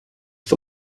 for